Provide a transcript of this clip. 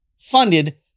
funded